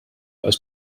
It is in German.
aus